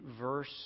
verse